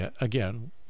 again